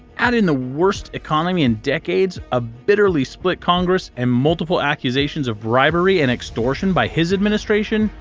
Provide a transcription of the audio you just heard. add in the worst economy in decades, a bitterly split congress, and multiple accusations of bribery and extortion by his administration,